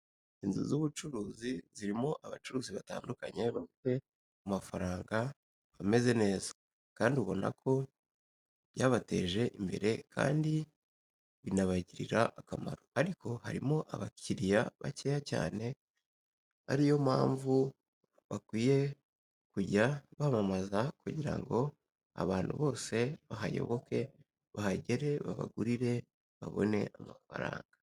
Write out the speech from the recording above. Inzu z'ubucuruzi zirimo abacuruzi batandukanye bafite amafaranga bameze neza kandi ubona ko byabateje imbere kandi binabagirira akamaro, ariko harimo abakiriya bakeya cyane ariyo mpamvu bakwiye kujya bamamaza kugira ngo abantu bose bahayoboke bahagere babagurire babone amafaranga.